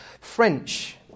French